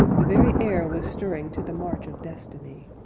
the very air was stirring to the march of destiny.